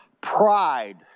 Pride